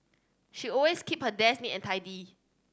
she always keep her desk neat and tidy